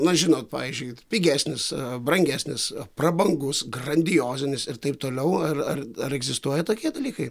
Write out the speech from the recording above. na žinot pavyzdžiui pigesnis brangesnis prabangus grandiozinis ir taip toliau ar ar ar egzistuoja tokie dalykai